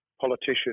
politician